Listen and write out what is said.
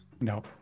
no